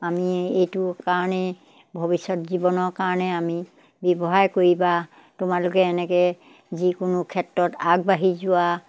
আমি এইটো কাৰণে ভৱিষ্যত জীৱনৰ কাৰণে আমি ব্যৱসায় কৰিবা তোমালোকে এনেকৈ যিকোনো ক্ষেত্ৰত আগবাঢ়ি যোৱা